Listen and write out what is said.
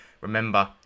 Remember